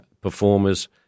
performers